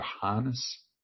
harness